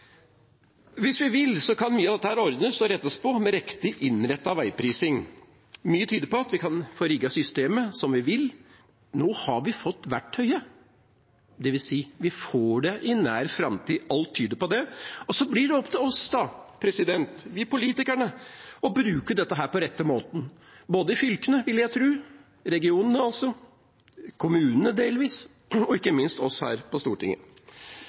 Hvis vi vil, kan mye av dette ordnes og rettes på med riktig innrettet veiprising. Mye tyder på at vi kan få rigget systemet som vi vil. Nå har vi fått verktøyet, dvs. vi får det i nær framtid – alt tyder på det. Og så blir det opp til oss politikere å bruke dette på rette måten, både i fylkene, vil jeg tro, i regionene også, i kommunene delvis, og ikke minst oss her på Stortinget.